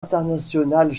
international